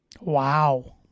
Wow